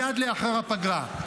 מייד לאחר הפגרה.